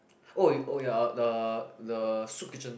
oh oh ya the the soup kitchen